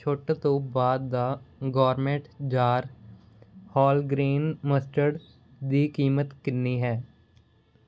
ਛੁੱਟ ਤੋਂ ਬਾਅਦ ਦਾ ਗੋਰਮੇਟ ਜਾਰ ਹੋਲਗਰੇਨ ਮਸਟਰਡ ਦੀ ਕੀਮਤ ਕਿੰਨੀ ਹੈ